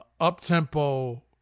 up-tempo